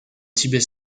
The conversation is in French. tibet